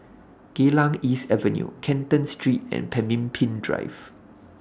Geylang East Avenue Canton Street and Pemimpin Drive